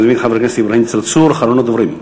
אדוני חבר הכנסת אברהים צרצור, אחרון הדוברים.